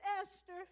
Esther